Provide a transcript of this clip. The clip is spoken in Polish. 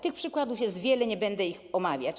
Tych przykładów jest wiele, nie będę ich omawiać.